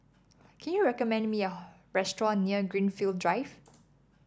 can you recommend me a restaurant near Greenfield Drive